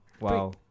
Wow